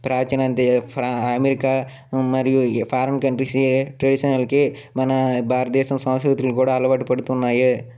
ప్రాచీన అమెరికా మరియు foreign countries ఈ ట్రెడిషనల్కి మన భారతదేశ సంస్కృతులు కూడా అలవాటు పడుతున్నాయి